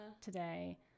today